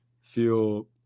feel